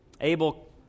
Abel